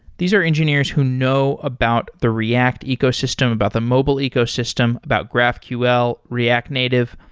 these are engineers who know about the react ecosystem, about the mobile ecosystem, about graphql, react native.